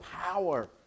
power